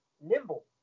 nimble